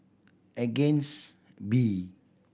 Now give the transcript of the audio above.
Against B